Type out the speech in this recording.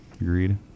Agreed